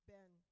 Ben